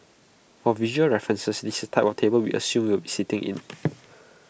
for visual references this is type of table we assume you will be sitting in